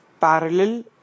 parallel